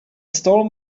stole